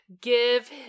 give